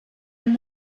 and